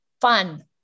Fun